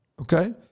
Okay